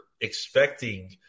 expecting